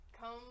come